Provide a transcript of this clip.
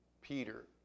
Peter